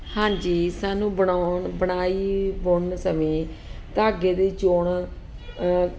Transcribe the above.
ਹਾਂਜੀ ਸਾਨੂੰ ਬਣਾਉਣ ਬੁਣਾਈ ਬੁਣਨ ਸਮੇਂ ਧਾਗੇ ਦੀ ਚੋਣ